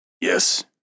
Yes